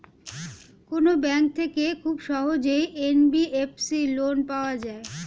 কোন ব্যাংক থেকে খুব সহজেই এন.বি.এফ.সি লোন পাওয়া যায়?